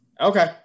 Okay